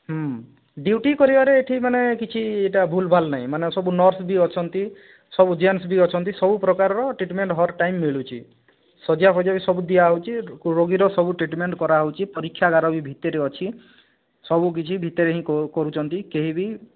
ହୁଁ ଡିଉଟି କରିବାରେ ମାନେ ଏଠି କିଛି ଏଟା ଭୁଲ୍ ଭାଲ୍ ନାହିଁ ମାନେ ସବୁ ନର୍ସ ବି ଅଛନ୍ତି ସବୁ ଜେଣ୍ଟ୍ସ ବି ଅଛନ୍ତି ସବୁ ପ୍ରକାରର ଟ୍ରିଟମେଣ୍ଟ ହର ଟାଇମ ମିଳୁଛି ଶଯ୍ୟା ଫଜ୍ୟା ବି ସବୁ ଦିଆହେଉଛି ରୋଗୀର ସବୁ ଟ୍ରିଟମେଣ୍ଟ କରାହେଉଛି ପରୀକ୍ଷାଗାର ବି ଭିତରେ ଅଛି ସବୁ କିଛି ଭିତରେ ହିଁ କରୁଛନ୍ତି କେହିବି